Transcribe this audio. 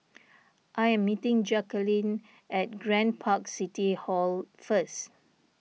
I am meeting Jacalyn at Grand Park City Hall first